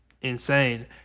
insane